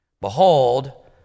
behold